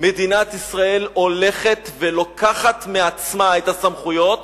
מדינת ישראל הולכת ולוקחת מעצמה את הסמכויות